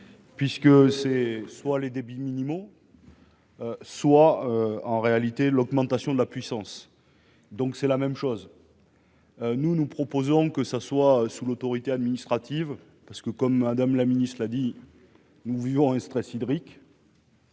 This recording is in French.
Puisque c'est soit les débits minimaux. Soit, en réalité, l'augmentation de la puissance, donc c'est la même chose. Nous, nous proposons que ça soit sous l'autorité administrative parce que comme Madame la Ministre, l'dit : nous vivons un stress hydrique.